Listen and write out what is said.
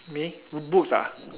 me books ah